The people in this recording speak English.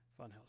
Funhouse